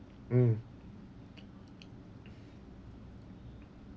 mm